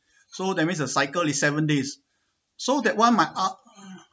so that means the cycle is seven days so that one my ar~